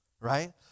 Right